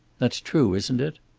that's true, isn't it?